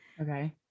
Okay